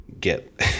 get